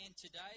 today